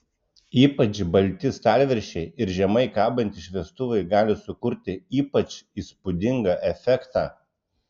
ypač balti stalviršiai ir žemai kabantys šviestuvai gali sukurti ypač įspūdingą efektą